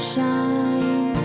Shine